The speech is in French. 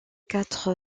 quatre